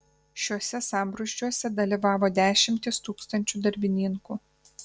šiuose sambrūzdžiuose dalyvavo dešimtys tūkstančių darbininkų